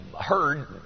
heard